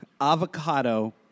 Avocado